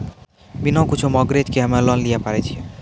बिना कुछो मॉर्गेज के हम्मय लोन लिये पारे छियै?